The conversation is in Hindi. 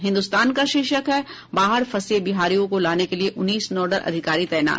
हिन्दुस्तान का शीर्षक है बाहर फंसे बिहारियों को लाने के लिए उन्नीस नोडल अधिकारी तैनात